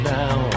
now